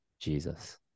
Jesus